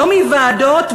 לא מוועדות,